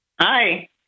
Hi